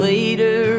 Later